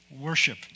worship